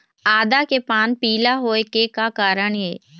आदा के पान पिला होय के का कारण ये?